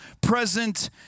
present